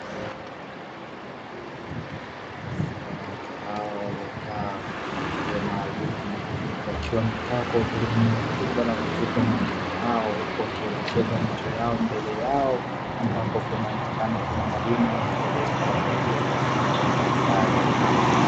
Wanawake hao waliokaa kwa mpangilio maalumu, wakiwa wamekaa kwa utulivu mkubwa na kuvuta umakini wao, huku wakielekeza macho yao mbele yao, ambapo kunaonekana kuna mwalimu anaendelea kuwapatia mafunzo mbalimbali.